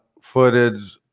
footage